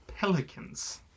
Pelicans